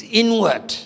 inward